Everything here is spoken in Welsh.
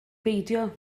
beidio